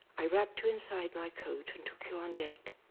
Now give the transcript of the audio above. i wrapped you inside my coat and took you on deck.